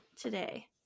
today